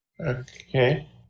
Okay